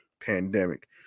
pandemic